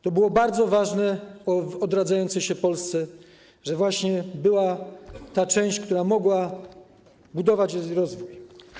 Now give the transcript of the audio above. To było bardzo ważne w odradzającej się Polsce, że była ta część, która mogła budować jej rozwój.